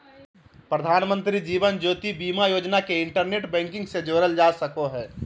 प्रधानमंत्री जीवन ज्योति बीमा योजना के इंटरनेट बैंकिंग से जोड़ल जा सको हय